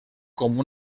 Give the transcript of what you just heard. como